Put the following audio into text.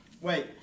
Wait